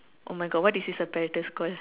oh my god what is this apparatus called